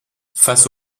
face